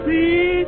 See